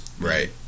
Right